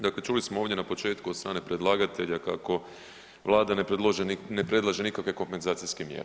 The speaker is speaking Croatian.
Dakle čuli smo ovdje na početku od strane predlagatelja kako Vlada ne predlaže nikakve kompenzacijske mjere.